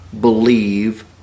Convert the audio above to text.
believe